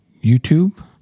YouTube